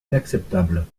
inacceptable